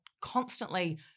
constantly